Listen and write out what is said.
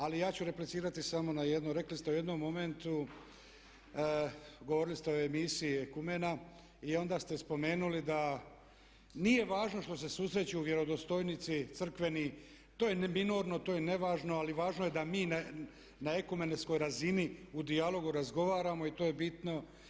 Ali ja ću replicirati samo na jedno, rekli ste u jednom momentu, govorili ste o emisiji Ekumena i onda ste spomenuli da nije važno što se susreću vjerodostojnici crkveni, to je minorno, to je nevažno ali važno je da mi na ekumenskoj razini u dijalogu razgovaramo i to je bitno.